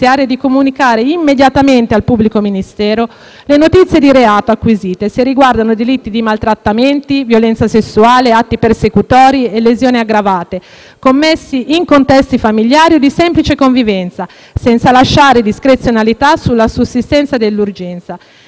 le notizie di reato acquisite, se riguardano delitti di maltrattamenti, violenza sessuale, atti persecutori e lesioni aggravate, commessi in contesti familiari o di semplice convivenza, senza lasciare discrezionalità sulla sussistenza dell'urgenza. Vi è poi la modifica dell'articolo 362,